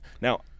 Now